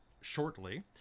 shortly